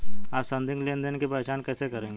आप संदिग्ध लेनदेन की पहचान कैसे करेंगे?